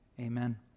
Amen